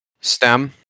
stem